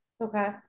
Okay